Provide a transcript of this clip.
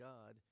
God